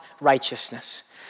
righteousness